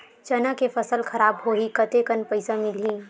चना के फसल खराब होही कतेकन पईसा मिलही?